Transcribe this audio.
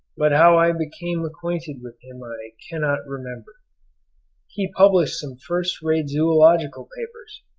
but how i became acquainted with him i cannot remember he published some first-rate zoological papers,